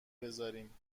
بذاریم